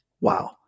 Wow